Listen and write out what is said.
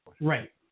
Right